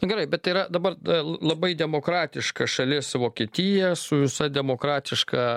nu gerai bet tai yra dabar labai demokratiška šalis vokietija su visa demokratiška